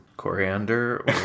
Coriander